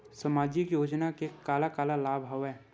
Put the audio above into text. सामाजिक योजना के का का लाभ हवय?